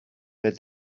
beth